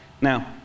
Now